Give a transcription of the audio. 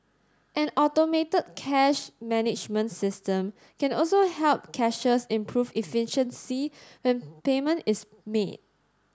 an automated cash management system can also help cashiers improve efficiency when payment is made